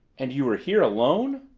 and you were here alone!